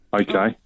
Okay